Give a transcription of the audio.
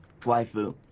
Waifu